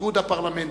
איגוד הפרלמנטים.